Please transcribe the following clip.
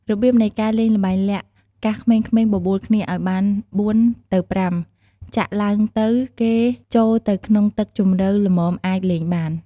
របៀបនៃការលេងល្បែងលាក់កាសក្មេងៗបបួលគ្នាឲ្យបាន ៤-៥ ចាក់ឡើងទៅ គេ ចូលទៅក្នុងទឹកជម្រៅល្មមអាចលេងបាន។